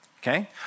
Okay